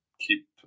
keep